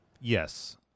Yes